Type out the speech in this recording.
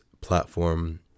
platform